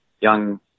young